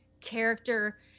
character